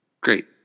Great